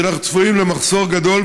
שאנחנו צפויים למחסור גדול,